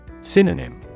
Synonym